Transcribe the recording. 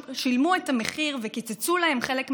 שילמו את המחיר וקיצצו להם חלק מהגמלה,